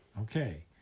Okay